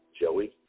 Joey